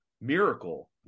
Miracle